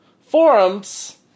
Forums